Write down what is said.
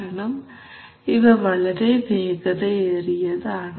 കാരണം ഇവ വളരെ വേഗതയേറിയതാണ്